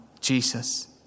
Jesus